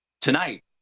Tonight